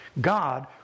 God